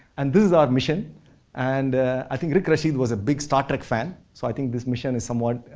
and this is our mission and i think rick rashid was a big star trek fan. so, i think this mission is somewhat